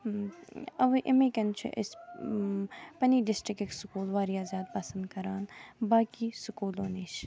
اَوے اَمی کِنۍ چھُ أسۍ پَننہِ ڈِسٹرکٕکۍ سکوٗل واریاہ زیادٕ پسند کَران باقٕے سکوٗلو نِش